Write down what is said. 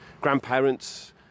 grandparents